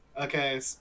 Okay